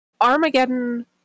armageddon